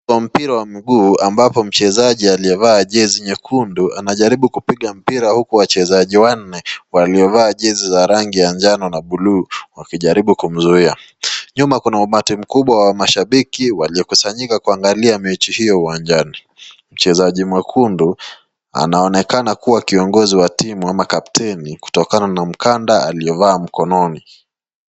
kwa mpira wa miguu ambapo mchezaji aliyeva jezi nyekundu, anajaribu kupiga mpira huku wachezaji wanne walio vaa jenzi za rangi ya njano na buluu wakijaribu kumzuiya. Nyuma kuna umati mkubwa wa mashabiki walio kusanyika kuangalia mechi hii uwanjani, mchezaji mwekundu anaonekana kuwa kiongozi wa timu ama capteni kutokana na mkanda aliyo vaa mkononi.